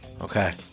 Okay